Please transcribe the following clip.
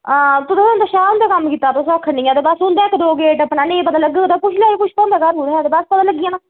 हां तुसें शाह् हुंदे कम्म कीता तुस आक्खै निं आं ते बस उं'दा गै इक दो गेट टप्पना नेईं पता लग्गग ते पुच्छी लैएओ पुष्पा हुंदा घर कुत्थै ऐ ते बस पता लग्गी जाना